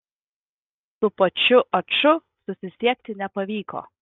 su pačiu aču susisiekti nepavyko